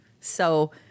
So-